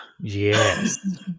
Yes